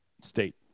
state